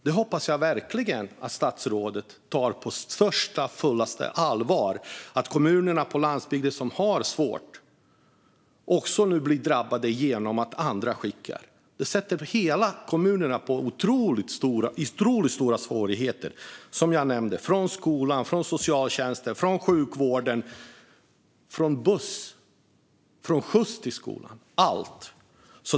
Jag hoppas verkligen att statsrådet tar på största och fullaste allvar att de kommuner på landsbygden som har det svårt nu också blir drabbade genom att andra kommuner skickar människor vidare. Det sätter hela kommuner i otroligt stora svårigheter; som jag nämnde gäller det alltifrån skolan, socialtjänsten och sjukvården till busstrafik och skjuts till skolan - allt.